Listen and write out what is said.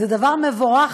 זה דבר מבורך,